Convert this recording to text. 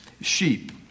sheep